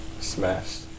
Smashed